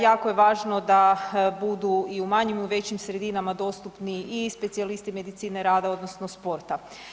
Jako je važno da budu i u manjim i u većim sredinama dostupni i specijalisti medicine rada odnosno sporta.